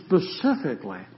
specifically